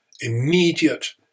immediate